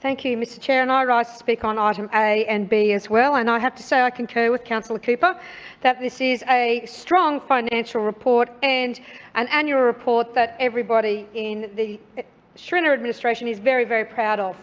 thank you, mr chair. and i rise to speak on item a and b as well. and i have to say i concur with councillor cooper that this is a strong financial report and an annual report that everybody in the schrinner administration is very, very proud of,